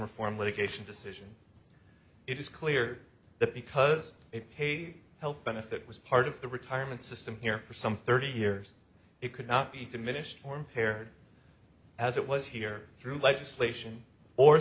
reform litigation decision it is clear that because it paid health benefit was part of the retirement system here for some thirty years it could not be diminished or impaired as it was here through legislation or